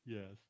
Yes